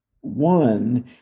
one